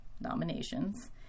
nominations